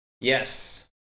Yes